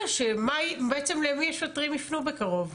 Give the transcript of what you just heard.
למי השוטרים יפנו בקרוב?